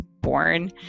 born